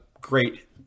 great